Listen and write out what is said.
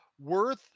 worth